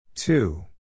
Two